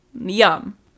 yum